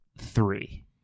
three